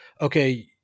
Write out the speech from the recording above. okay